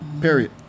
Period